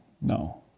no